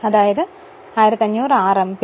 അപ്പോൾ ലഭിക്കുന്നത് 1500 RMP